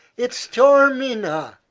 it's taormina.